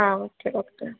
ആ okay doctor